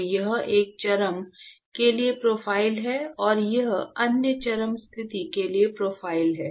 तो यह एक चरम के लिए प्रोफ़ाइल है और यह अन्य चरम स्थिति के लिए प्रोफ़ाइल है